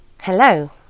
Hello